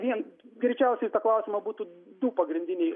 vien greičiausiai į tą klausimą būtų du pagrindiniai